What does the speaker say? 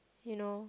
you know